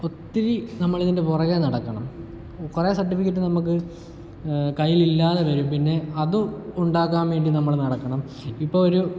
ഒത്തിരി നമ്മളിതിൻ്റെ പുറകേ നടക്കണം കുറെ സർട്ടിഫിക്കറ്റ് നമുക്ക് കയ്യിലില്ലാതെ വരും പിന്നെ അതും ഉണ്ടാക്കാൻ വേണ്ടി നമ്മൾ നടക്കണം ഇപ്പോൾ ഒരു